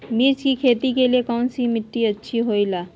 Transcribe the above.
मिर्च की खेती के लिए कौन सी मिट्टी अच्छी होईला?